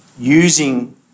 Using